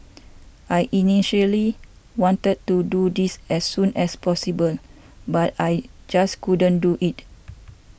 I initially wanted to do this as soon as possible but I just couldn't do it